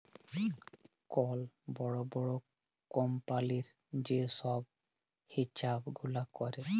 call বড় বড় কম্পালির যে ছব হিছাব গুলা ক্যরে